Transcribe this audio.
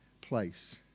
place